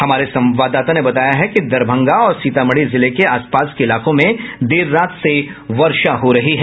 हमारे संवाददाता ने बताया है कि दरभंगा और सीतामढ़ी जिले के आसपास के इलाकों में देर रात से वर्षा हो रही है